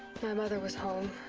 my mother was home.